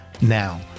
Now